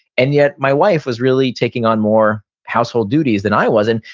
and yet my wife was really taking on more household duties than i was. and